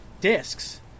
discs